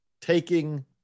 taking